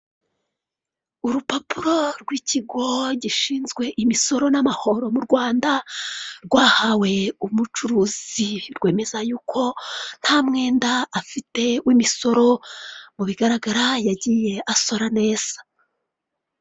Urupapuro rw'ikigo gishinzwe imisoro n'amahoro mu Rwanda rwahawe umucuruzi rwemeza yuko ntamwenda afite w'imisoro mu bigaragara yagiye asora neza.